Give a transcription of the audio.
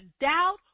doubt